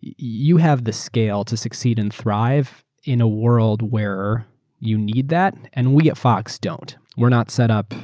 you have the scale to succeed and thrive in a world where you need that and we at fox don't. we're not set-up